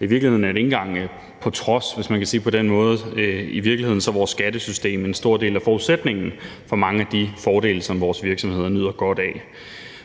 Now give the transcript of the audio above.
I virkeligheden er det ikke engang på trods, hvis man kan sige det på den måde, i virkeligheden er vores skattesystem en stor del af forudsætningen for mange af de fordele, som vores virksomheder nyder godt af.